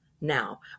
now